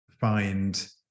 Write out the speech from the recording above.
Find